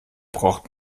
braucht